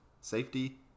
safety